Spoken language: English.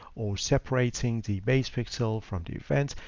or separating the base pixel from the event.